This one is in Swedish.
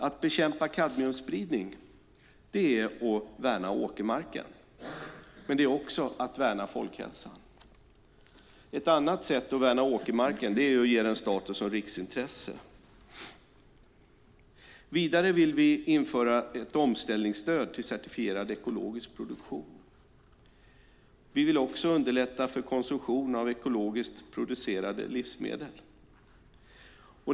Att bekämpa kadmiumspridningen är att värna åkermarken. Det är också att värna folkhälsan. Ett annat sätt att värna åkermarken är att ge den status som riksintresse. Vidare vill vi införa ett omställningsstöd till certifierad ekologisk produktion. Vi vill också underlätta för konsumtion av ekologiskt producerade livsmedel.